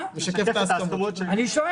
אני לא